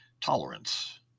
tolerance